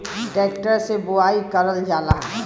tractor से बोवाई करल जाला